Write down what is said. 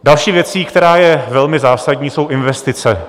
Další věcí, která je velmi zásadní, jsou investice.